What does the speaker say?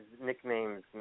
nicknames